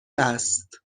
است